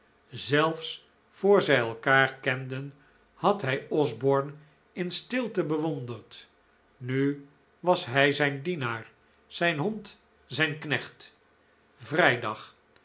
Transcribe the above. zelfs voor zij elkaar kenden had hij osborne in stilte bewonderd nu was hij zijn dienaar zijn hond zijn knecht vrijdag